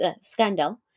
Scandal